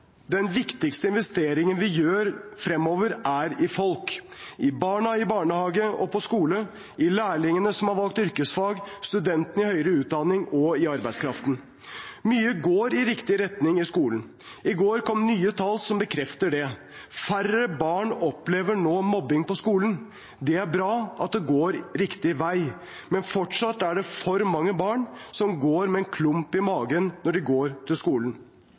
Den viktigste investeringen vi gjør fremover, er i folk – i barna i barnehage og på skole, i lærlingene som har valgt yrkesfag, i studentene i høyere utdanning og i arbeidskraften. Mye går i riktig retning i skolen. I går kom nye tall som bekrefter det. Færre barn opplever nå mobbing på skolen. Det er bra at det går riktig vei, men fortsatt er det for mange barn som går med en klump i magen når de går til skolen.